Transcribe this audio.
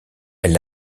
elle